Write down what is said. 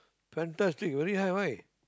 fantastic very high right